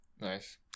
Nice